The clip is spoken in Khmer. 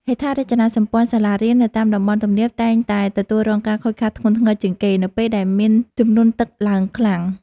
ហេដ្ឋារចនាសម្ព័ន្ធសាលារៀននៅតាមតំបន់ទំនាប តែងតែទទួលរងការខូចខាតធ្ងន់ធ្ងរជាងគេ នៅពេលដែលមានជំនន់ទឹកឡើងខ្លាំង។